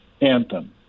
Anthem